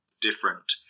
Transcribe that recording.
different